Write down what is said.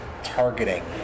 targeting